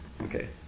Okay